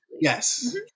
Yes